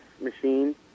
machine